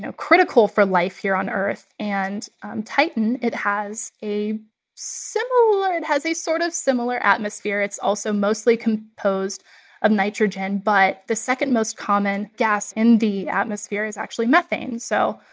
critical for life here on earth. and on titan, it has a similar it has a sort of similar atmosphere. it's also mostly composed of nitrogen, but the second-most common gas in the atmosphere is actually methane. so.